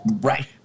Right